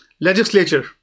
legislature